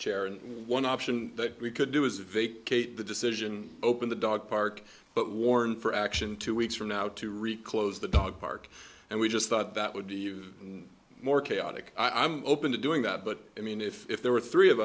chair and one option that we could do is vacate the decision open the dog park but warn for action two weeks from now to wreak lowe's the dog park and we just thought that would be more chaotic i'm open to doing that but i mean if there were three of